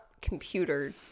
computer